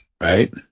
right